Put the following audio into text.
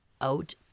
out